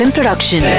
Production